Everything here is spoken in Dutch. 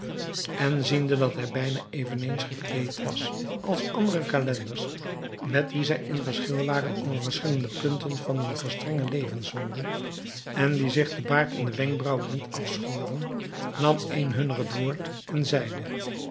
en ziende dat hij bijna eveneens gekleed was als andere calenders met wie zij in verschil waren over verschillende punten van een gestrengen levenswandel en die zich de baard en de wenkbraauwen niet afschoren nam een hunner het woord en zeide